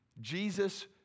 Jesus